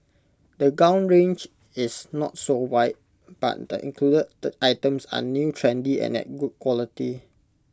the gown range is not so wide but the included items are new trendy and at good quality